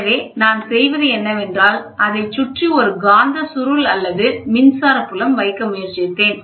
எனவே நான் செய்வது என்னவென்றால் அதைச் சுற்றி ஒரு காந்த சுருள் அல்லது மின்சாரபுலம் வைக்க முயற்சித்தேன்